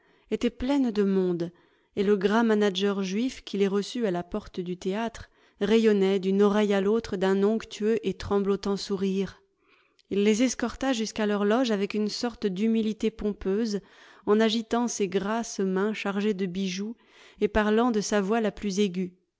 était pleine de monde et le gras manager juif qui les reçut à la porte du théâtre rayonnait d'une oreille à l'autre d'un onctueux et tremblotant sourire il les escorta jusqu'à leur loge avec une sorte d'humilité pompeuse en agitant ses grasses mains chargées de bijoux et parlant de sa voix la plus aiguë